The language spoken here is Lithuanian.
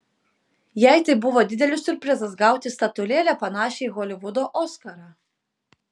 jai tai buvo didelis siurprizas gauti statulėlę panašią į holivudo oskarą